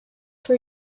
for